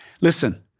Listen